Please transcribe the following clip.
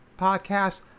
podcast